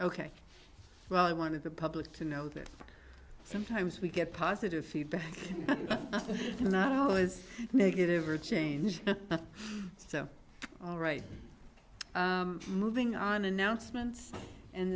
ok well i wanted the public to know that sometimes we get positive feedback not always negative or change so all right moving on announcements and